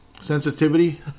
Sensitivity